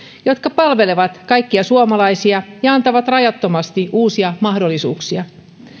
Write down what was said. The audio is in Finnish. jotka palvelevat kaikkia suomalaisia ja antavat rajattomasti uusia mahdollisuuksia